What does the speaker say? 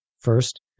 first